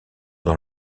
dans